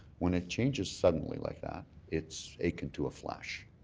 when it changes suddenly like that, it's akin to a flash.